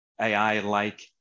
AI-like